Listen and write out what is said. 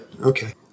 okay